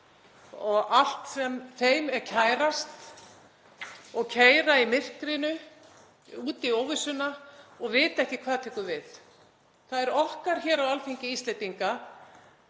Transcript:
og allt sem því er kærast og keyrir í myrkrinu út í óvissuna og veit ekki hvað tekur við. Það er okkar hér á Alþingi Íslendinga